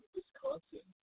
Wisconsin